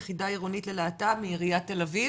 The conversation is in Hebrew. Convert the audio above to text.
יחידה עירונית ללהט"ב מעיריית תל אביב